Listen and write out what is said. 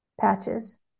patches